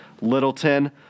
Littleton